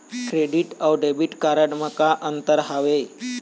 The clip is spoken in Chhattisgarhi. क्रेडिट अऊ डेबिट कारड म का अंतर हावे?